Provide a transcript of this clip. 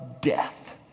death